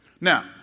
now